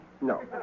No